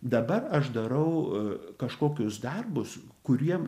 dabar aš darau kažkokius darbus kuriem